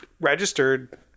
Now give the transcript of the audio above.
registered